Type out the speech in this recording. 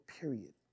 period